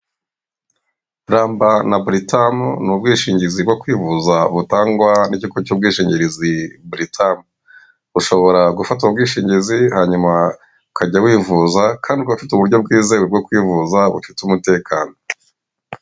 Ramba na buritamu ni ubwishingizi bwo kwivuza butangwa n'ikigo cy'ubwishingizi buritamu, ushobora gufata ubwo bwishingizi hanyuma ukajya wivuza kandi ukaba ufite uburyo bwizewe bwo kwivuza bufite umutekano.